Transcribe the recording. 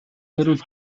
хэрүүл